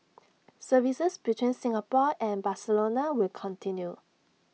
services between Singapore and Barcelona will continue